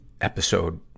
episode